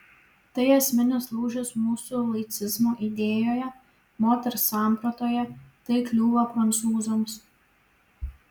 tai esminis lūžis mūsų laicizmo idėjoje moters sampratoje tai kliūva prancūzams